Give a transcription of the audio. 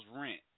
rent